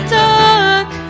dark